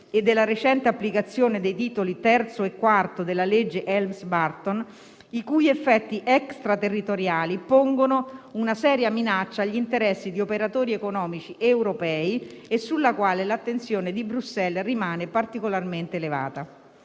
e della recente applicazione dei titoli III e IV della legge Helms-Burton, i cui effetti extraterritoriali pongono una seria minaccia agli interessi di operatori economici europei e sulla quale l'attenzione di Bruxelles rimane particolarmente elevata.